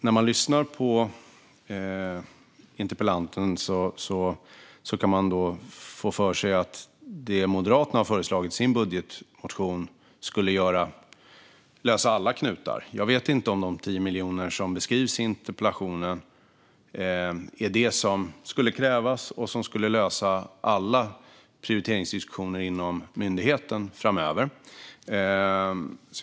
När man lyssnar på interpellanten kan man få för sig att det som Moderaterna har föreslagit i sin budgetmotion skulle lösa alla knutar. Jag vet inte om de 10 miljoner som beskrivs i interpellationen är det som skulle krävas och som skulle lösa alla prioriteringsdiskussioner inom myndigheten framöver.